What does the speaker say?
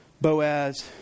Boaz